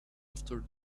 after